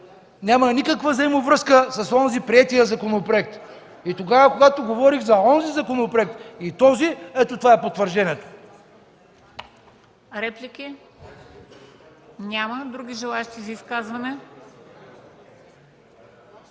няма никаква взаимовръзка с приетия законопроект. И тогава, когато говорих за онзи законопроект и този – ето това е потвърждението.